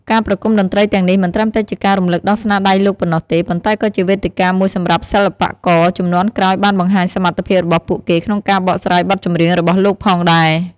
ការប្រគុំតន្ត្រីទាំងនេះមិនត្រឹមតែជាការរំលឹកដល់ស្នាដៃលោកប៉ុណ្ណោះទេ ប៉ុន្តែក៏ជាវេទិកាមួយសម្រាប់សិល្បករជំនាន់ក្រោយបានបង្ហាញសមត្ថភាពរបស់ពួកគេក្នុងការបកស្រាយបទចម្រៀងរបស់លោកផងដែរ ។